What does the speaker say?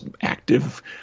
active